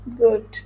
good